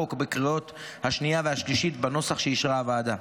החוק בקריאה השנייה ובקריאה השלישית בנוסח שאישרה הוועדה.